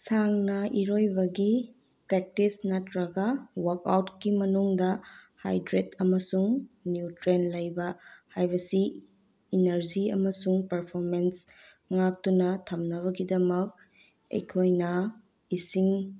ꯁꯥ ꯉꯥ ꯏꯔꯣꯏꯕꯒꯤ ꯄ꯭ꯔꯦꯛꯇꯤꯁ ꯅꯠꯇ꯭ꯔꯒ ꯋꯥꯛ ꯑꯥꯎꯠꯀꯤ ꯃꯅꯨꯡꯗ ꯍꯥꯏꯗ꯭ꯔꯦꯠ ꯑꯃꯁꯨꯡ ꯅꯤꯎꯇ꯭ꯔꯦꯟ ꯂꯩꯕ ꯍꯥꯏꯕꯁꯤ ꯏꯅꯔꯖꯤ ꯑꯃꯁꯨꯡ ꯄꯔꯐꯣꯔꯃꯦꯟꯁ ꯉꯥꯛꯇꯨꯅ ꯊꯝꯅꯕꯒꯤꯗꯃꯛ ꯑꯩꯈꯣꯏꯅ ꯏꯁꯤꯡ